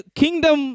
kingdom